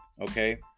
okay